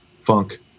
funk